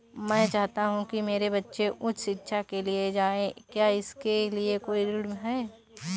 मैं चाहता हूँ कि मेरे बच्चे उच्च शिक्षा के लिए जाएं क्या इसके लिए कोई ऋण है?